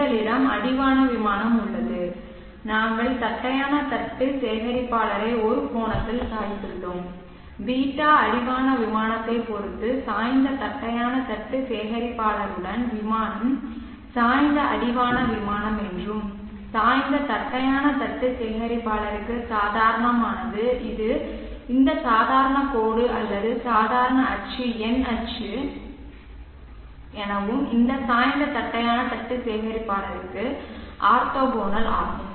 எங்களிடம் அடிவான விமானம் உள்ளது நாங்கள் தட்டையான தட்டு சேகரிப்பாளரை ஒரு கோணத்தில் சாய்த்துள்ளோம் ß அடிவான விமானத்தைப் பொறுத்து சாய்ந்த தட்டையான தட்டு சேகரிப்பாளருடன் விமானம் சாய்ந்த அடிவான விமானம் என்றும் சாய்ந்த தட்டையான தட்டு சேகரிப்பாளருக்கு சாதாரணமானது இந்த சாதாரண கோடு அல்லது சாதாரண அச்சு N அச்சு இந்த சாய்ந்த தட்டையான தட்டு சேகரிப்பாளருக்கு ஆர்த்தோகனல் ஆகும்